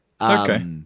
Okay